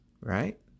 Right